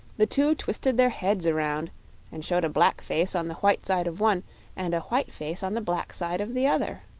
the two twisted their heads around and showed a black face on the white side of one and a white face on the black side of the other.